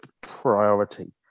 priority